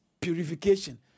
purification